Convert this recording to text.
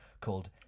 called